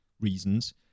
reasons